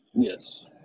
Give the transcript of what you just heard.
Yes